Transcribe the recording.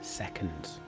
seconds